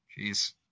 Jeez